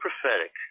prophetic